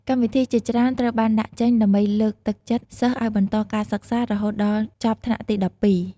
កម្មវិធីជាច្រើនត្រូវបានដាក់ចេញដើម្បីលើកទឹកចិត្តសិស្សឱ្យបន្តការសិក្សា រហូតដល់ចប់ថ្នាក់ទី១២។